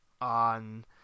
on